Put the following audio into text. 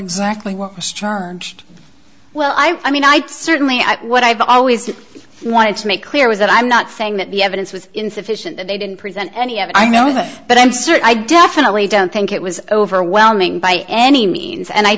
exactly what was charged well i i mean i certainly at what i've always wanted to make clear was that i'm not saying that the evidence was insufficient that they didn't present any of i'd know that but i'm certain i definitely don't think it was overwhelming by any means and i